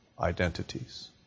identities